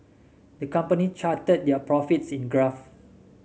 the company charted their profits in a graph